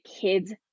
kids